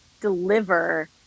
deliver